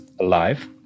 alive